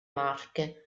marche